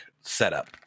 setup